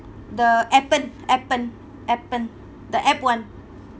the appen appen appen the app one